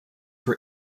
were